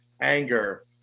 anger